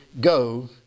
go